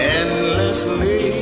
endlessly